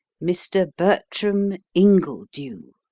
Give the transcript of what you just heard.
mr. bertram ingledew.